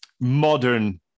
modern